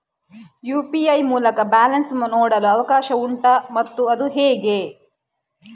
UPI ಮೂಲಕ balance ನೋಡಲು ಅವಕಾಶ ಉಂಟಾ ಮತ್ತು ಅದು ಹೇಗೆ?